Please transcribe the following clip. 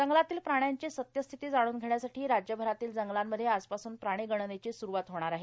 जंगलातील प्राण्याची सत्यस्थिती जाणून घेण्यासाठी राज्यभरातील जंगलांमध्ये आजपासून प्राणी गणनेची सुरूवात होणार आहे